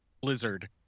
blizzard